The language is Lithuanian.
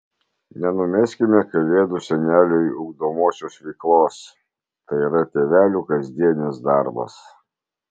nenumeskime kalėdų seneliui ugdomosios veiklos tai yra tėvelių kasdienis darbas